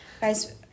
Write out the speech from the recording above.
guys